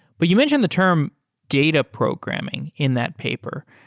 but you mentioned the term data programming in that paper.